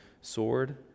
sword